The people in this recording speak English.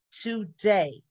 today